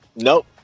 Nope